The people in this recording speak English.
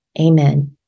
Amen